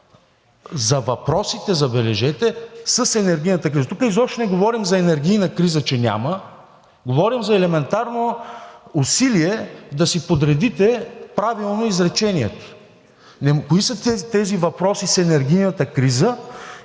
„За въпросите – забележете – с енергийната криза“. Тук изобщо не говорим за енергийна криза, че няма, говорим за елементарно усилие да си подредите правилно изречението. Кои са тези въпроси с енергийната криза